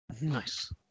Nice